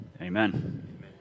Amen